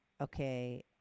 okay